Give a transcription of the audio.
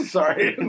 Sorry